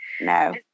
No